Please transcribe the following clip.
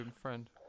friend